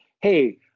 hey